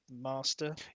master